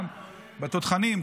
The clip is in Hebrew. בתותחנים.